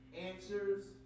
answers